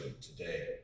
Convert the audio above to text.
today